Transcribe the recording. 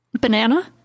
Banana